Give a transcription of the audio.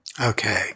Okay